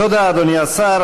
תודה, אדוני השר.